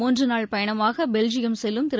மூன்றுநாள் பயணமாக பெல்ஜியம் செல்லும் திரு